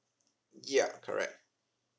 ya correct